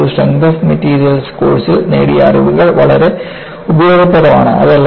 നമ്മൾ ഒരു strength of materials കോഴ്സിൽ നേടിയ അറിവുകൾ വളരെ ഉപയോഗപ്രദമാണ്